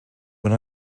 when